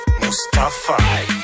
Mustafa